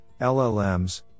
LLMs